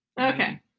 Okay